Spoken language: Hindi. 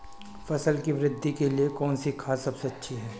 फसल की वृद्धि के लिए कौनसी खाद सबसे अच्छी है?